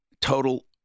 total